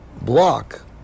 block